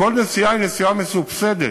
כל נסיעה היא נסיעה מסובסדת.